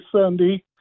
Sunday